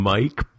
Mike